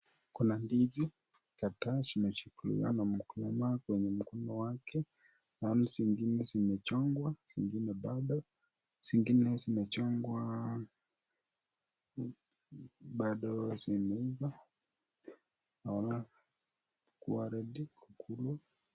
Kuna ndizi kadhaa zimechukuliwa na mkulima kwenye mkino wake. Naona zengine zimechongwa ,zengine bado , zengine zimechongwa bado zimeiva au kuwa (cs)ready (cs) kukulwa.